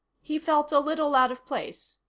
he felt a little out of place.